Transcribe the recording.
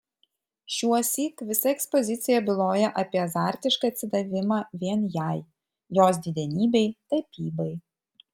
šiuosyk visa ekspozicija byloja apie azartišką atsidavimą vien jai jos didenybei tapybai